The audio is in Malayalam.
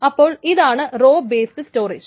അപ്പോൾ ഇതാണ് റോ ബേസ്ഡ് സ്റ്റോറേജ്